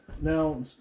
Now